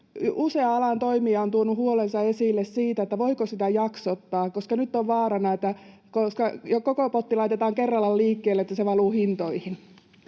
Usea alan toimija on tuonut huolensa esille siitä, voiko sitä jaksottaa, koska nyt on vaarana, että jos koko potti laitetaan kerralla liikkeelle, niin se valuu hintoihin.